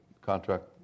contract